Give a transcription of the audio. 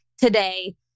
today